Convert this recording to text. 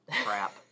crap